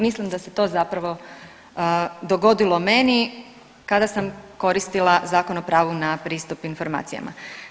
Mislim da se to zapravo dogodilo meni kada sam koristila Zakon o pravu na pristup informacijama.